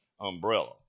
umbrella